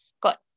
got